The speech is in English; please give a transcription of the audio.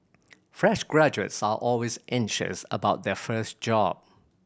fresh graduates are always anxious about their first job